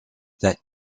that